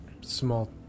small